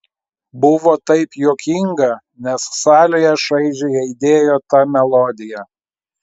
buvo taip juokinga nes salėje šaižiai aidėjo ta melodija